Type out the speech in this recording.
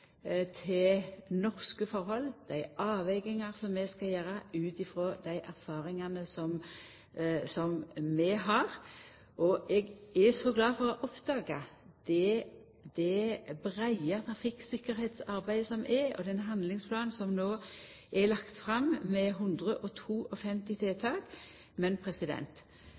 til norske forhold, dei avvegingane som vi skal gjera ut frå dei erfaringane som vi har. Eg er så glad for å oppdaga det breie trafikktryggleiksarbeidet vi har, og for den handlingsplanen som no er lagt fram, med 152 tiltak. Men